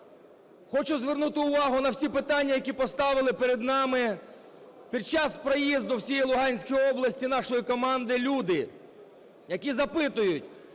Хочу звернути увагу на всі питання, які поставили перед нами під час проїзду всією Луганської області нашої команди люди, які запитують,